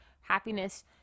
happiness